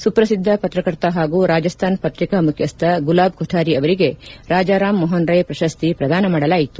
ಸುಪ್ರಸಿದ್ಧ ಪತ್ರಕರ್ತ ಹಾಗೂ ರಾಜಸ್ತಾನ್ ಪತ್ರಿಕಾ ಮುಖ್ಯಸ್ಲ ಗುಲಾಬ್ ಕೊಠಾರಿ ಅವರಿಗೆ ರಾಜರಾಮ್ ಮೋಹನ್ ರಾಯ್ ಪ್ರಶಸ್ತಿ ಪ್ರದಾನ ಮಾಡಲಾಯಿತು